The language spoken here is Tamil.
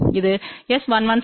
இது S112S212 1